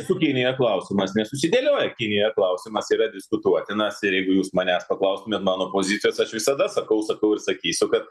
su kinija klausimas nesusidėlioja kinija klausimas yra diskutuotinas ir jeigu jūs manęs paklaustumėt mano pozicijos aš visada sakau sakau ir sakysiu kad